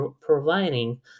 providing